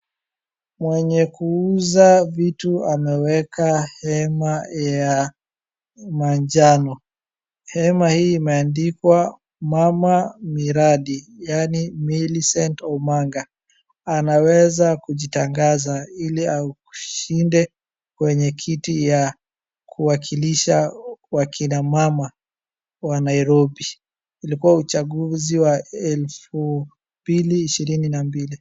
Mwenye kuuza vitu ameweka hema ya manjano. Hema hii imeandikwa mama miradi yaani Millicent Omanga, anaweza kujitangaza ili ashinde enyekiti wa kuwakilisha wakina mama wa Nairobi. Ilikuwa uchaguzi wa elfu mbili ishirini na mbili.